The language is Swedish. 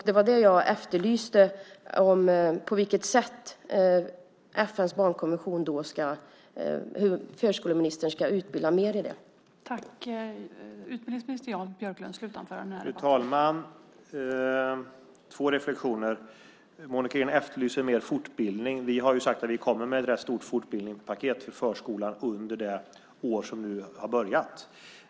Det var det som jag efterlyste, alltså på vilket sätt förskoleministern anser att man ska utbilda mer i FN:s barnkonvention.